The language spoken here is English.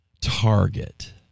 Target